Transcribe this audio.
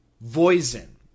Voisin